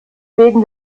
wegen